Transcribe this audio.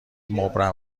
مبرم